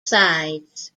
sides